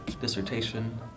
dissertation